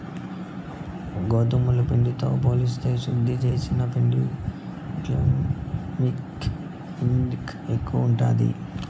గోధుమ పిండితో పోలిస్తే శుద్ది చేసిన పిండిలో గ్లైసెమిక్ ఇండెక్స్ ఎక్కువ ఉంటాది